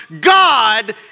God